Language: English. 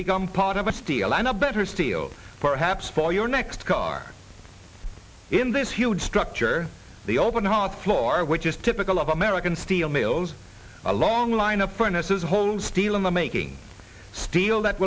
become part of a steel and a better steel perhaps for your next car in this huge structure the open hearth floor which is typical of american steel mills a long line of furnaces hold steel in the making steel that